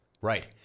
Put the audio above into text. right